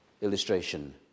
illustration